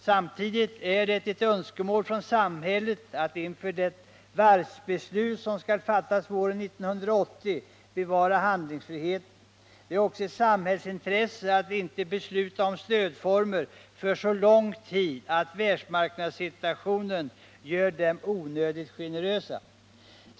Samtidigt är det ett önskemål från samhällets sida att inför det varvsbeslut som skall fattas våren 1980 bevara handlingsfriheten. Det är också ett samhällsintresse att inte besluta om stödformer för så lång tid att världsmarknadssituationen gör dem onödigt generösa.